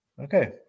Okay